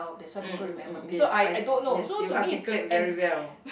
um um um yes I yes you articulate very well